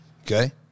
Okay